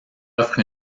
offre